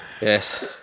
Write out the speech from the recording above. Yes